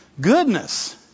Goodness